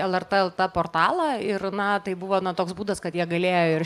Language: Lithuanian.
lrt lt portalą ir na tai buvo toks būdas kad jie galėjo ir